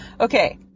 Okay